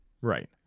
Right